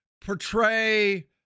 portray